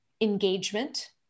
engagement